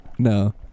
No